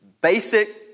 basic